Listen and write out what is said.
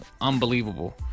unbelievable